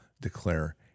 declare